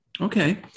Okay